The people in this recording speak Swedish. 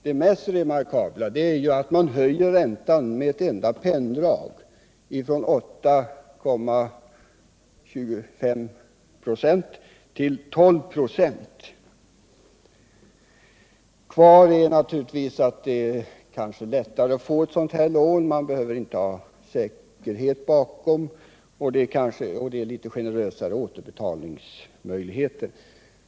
Det mest remarkabla är att man med ett enda penndrag höjer räntan från 8,25 26 till 12 ?0. Därigenom blir det kanske lättare att få ett sådant här lån. Man behöver inte ställa säkerhet, och det är litet generösare återbetalningsvillkor.